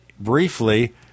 briefly